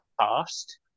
past